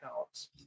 accounts